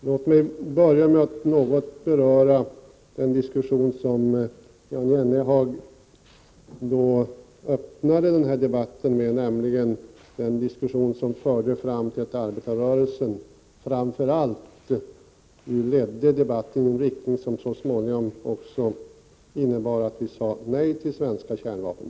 Herr talman! Låt mig börja med att något beröra den diskussion som Jan Jennehag här inledde med, nämligen den diskussion som arbetarrörelsen ledde i den riktning som så småningom också innebar att vi sade nej till svenska kärnvapen.